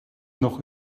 noch